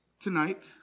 tonight